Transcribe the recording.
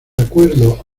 acuerdo